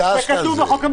זה --- זה כתוב בחוק, אדוני.